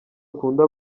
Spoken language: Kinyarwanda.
akunda